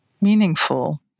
meaningful